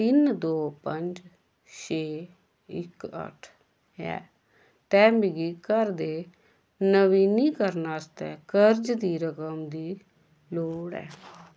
तिन्न दो पंज छे इक अट्ठ ऐ ते मिगी घर दे नवीनीकरण आस्तै कर्ज दी रकम दी लोड़ ऐ